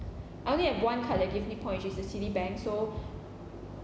I only have one card that give me point which is the citibank so